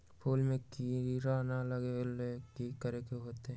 फूल में किरा ना लगे ओ लेल कि करे के होतई?